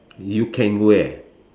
you can wear